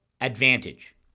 ADVANTAGE